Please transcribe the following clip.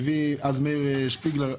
אז מאיר שפיגלר,